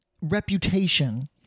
reputation